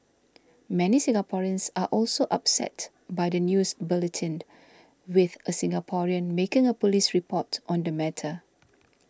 many Singaporeans are also upset by the news bulletin with a Singaporean making a police report on the matter